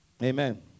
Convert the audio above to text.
Amen